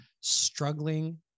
struggling